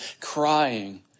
crying